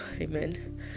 amen